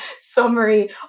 summary